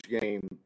game